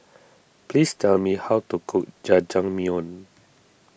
please tell me how to cook Jajangmyeon